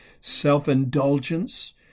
self-indulgence